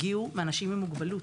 הגיעו מאנשים עם מוגבלות.